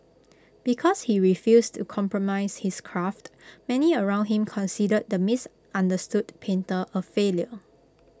because he refused to compromise his craft many around him considered the misunderstood painter A failure